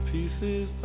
Pieces